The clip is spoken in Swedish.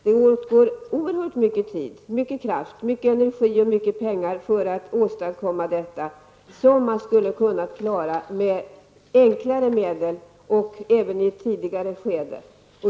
Det går åt oerhört mycket tid, mycket kraft, mycket energi och mycket pengar för att åstadkomma detta som man skulle ha kunnat klara med enklare medel och även i ett tidigare skede.